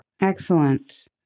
Excellent